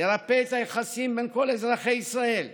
לרפא את היחסים בין כל אזרחי ישראל,